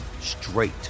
straight